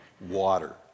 water